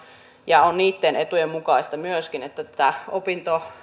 ja on niitten etujen mukaista myöskin että tätä